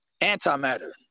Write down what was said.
Antimatter